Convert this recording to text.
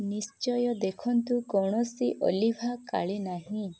ନିଶ୍ଚୟ ଦେଖନ୍ତୁ କୌଣସି ଅଲିଭା କାଳି ନାହିଁ